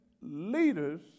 leaders